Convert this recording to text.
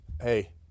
Hey